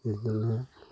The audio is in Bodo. बिदिनो